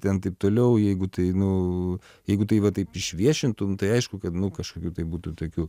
ten taip toliau jeigu tai nu jeigu tai va taip išviešintum tai aišku kad nu kažkokių tai būtų tokių